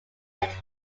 which